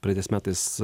praeitais metais